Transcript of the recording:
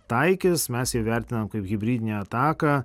taikys mes jį vertinam kaip hibridinę ataką